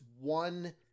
one